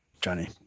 Johnny